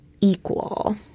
equal